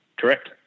Correct